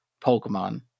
Pokemon